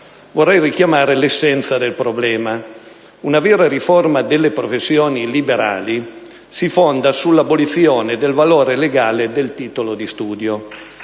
Vorrei richiamare l'essenza del problema. Una vera riforma delle professioni liberali si fonda sull'abolizione del valore legale del titolo di studio.